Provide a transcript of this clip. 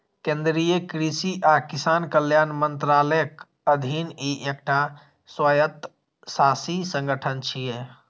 केंद्रीय कृषि आ किसान कल्याण मंत्रालयक अधीन ई एकटा स्वायत्तशासी संगठन छियै